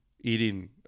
eating